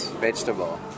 vegetable